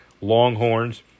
Longhorns